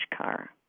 car